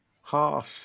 Harsh